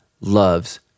loves